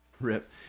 rip